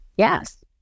Yes